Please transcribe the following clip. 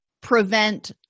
prevent